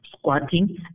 squatting